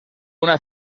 una